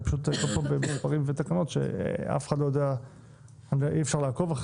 פשוט יש פה תקנות שאי אפשר לעקוב,